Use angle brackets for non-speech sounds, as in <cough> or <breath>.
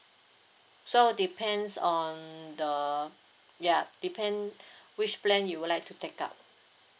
so depends on the ya depend <breath> which plan you would like to take up